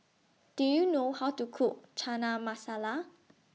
Do YOU know How to Cook Chana Masala